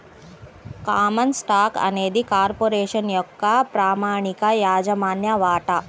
common stock అనేది corporation యొక్క ప్రామాణిక యాజమాన్య వాటా